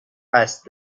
اسب